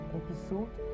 episode